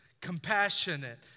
compassionate